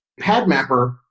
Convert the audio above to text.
PadMapper